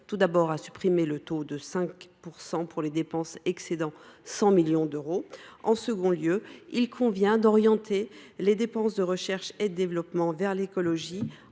vise à supprimer le taux de 5 % pour les dépenses excédant 100 millions d’euros. En second lieu, il convient d’orienter les dépenses de recherche et développement vers l’écologie